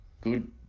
good